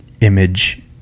image